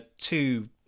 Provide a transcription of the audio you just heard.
two